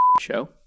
show